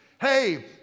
hey